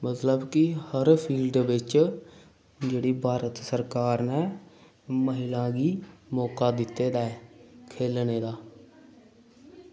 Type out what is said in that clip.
मतलब कि हर फील्ड दे बिच्च जेह्ड़ी भारत सरकार ने महिला गी मौका दित्ता दा ऐ खेलने दा